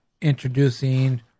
introducing